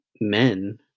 men